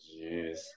jeez